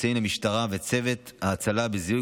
מסייעים למשטרה וצוותי ההצלה בזיהוי